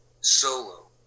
solo